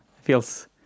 feels